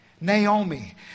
Naomi